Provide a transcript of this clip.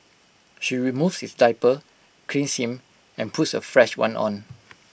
she removes his diaper cleans him and puts A fresh one on